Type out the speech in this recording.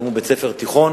היום הוא בית-ספר תיכון